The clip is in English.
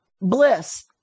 bliss